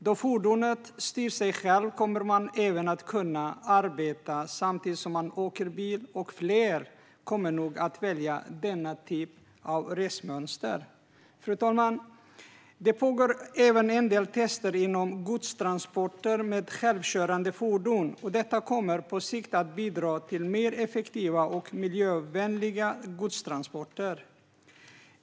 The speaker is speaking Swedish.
Då fordonet styr sig självt kommer man även att kunna arbeta samtidigt som man åker bil, och fler kommer nog att välja denna typ av resmönster. Fru talman! Det pågår även en del tester inom godstransporter med självkörande fordon, och detta kommer på sikt att bidra till mer effektiva och miljövänliga godstransporter.